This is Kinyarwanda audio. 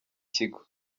kigo